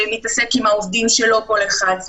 שמתעסק עם העובדים שלו כל אחד.